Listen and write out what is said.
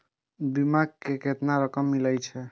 बीमा में केतना रकम मिले छै?